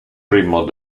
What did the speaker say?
ritmos